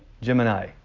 Gemini